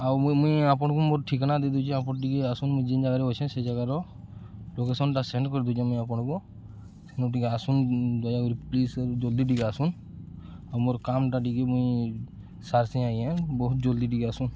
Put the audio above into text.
ଆଉ ମୁଇଁ ମୁଇଁ ଆପଣଙ୍କୁ ମୋର ଠିକନା ଦେଇଦଉଛେ ଆପଣ ଟିକେ ଆସନ୍ ମୁଇଁ ଯେନ୍ ଜାଗାରେ ଅଛେ ସେ ଜାଗାର ଲୋକେସନଟା ସେଣ୍ଡ କରିଦଉଛେ ମୁଇଁ ଆପଣଙ୍କୁ ସେନୁ ଟିକେ ଆସୁନ୍ ଦୟାକରି ପ୍ଲିଜ୍ ଜଲ୍ଦି ଟିକେ ଆସୁନ୍ ଆଉ ମୋର କାମଟା ଟିକେ ମୁଇଁ ସାର୍ ସେ ଆୟେଏଁ ବହୁତ ଜଲ୍ଦି ଟିକେ ଆସନ୍